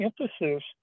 emphasis